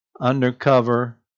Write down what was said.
undercover